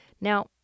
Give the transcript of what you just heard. Now